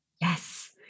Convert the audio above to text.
Yes